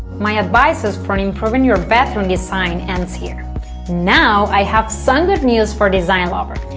my advices for and improving your bedroom design ends here now i have some good news for design lovers!